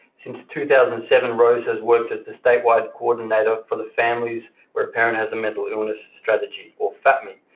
since two thousand and seven, rose has worked as the state-wide coordinator for the families where a parent has a mental illness strategy, or fapmi,